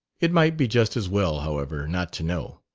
it might be just as well, however, not to know.